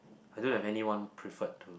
I don't have anyone preferred to